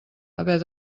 haver